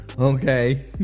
okay